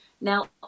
Now